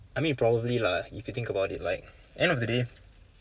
I mean probably lah if you think about it like end of the day